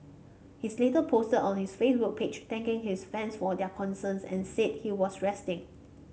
he's later posted on his Facebook page thanking his fans for their concerns and said he was resting